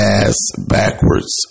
ass-backwards